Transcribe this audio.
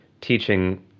teaching